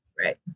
right